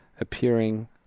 appearing